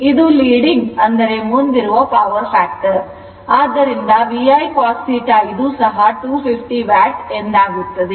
ಇದು leading ಮುಂದಿರುವ power factor ಆದ್ದರಿಂದ VI cos θ ಇದು ಸಹ 250 watt ಎಂದಾಗುತ್ತದೆ